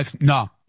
No